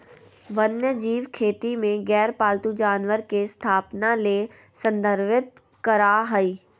वन्यजीव खेती में गैर पालतू जानवर के स्थापना ले संदर्भित करअ हई